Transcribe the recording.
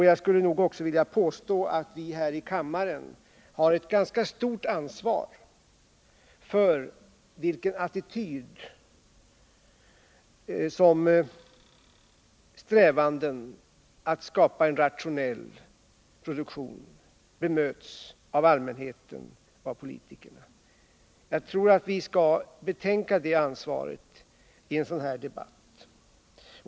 Jag skulle nog också vilja påstå att vi här i kammaren har ett ganska stort ansvar för vilken attityd strävanden att skapa en rationell produktion bemöts med av allmänheten och av politikerna. Jag tror att vi skall betänka det ansvaret i en sådan här debatt.